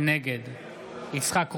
נגד יצחק קרויזר,